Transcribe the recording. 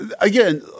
again